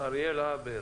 אריאל הבר